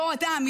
אותו אדם,